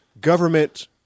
government